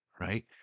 right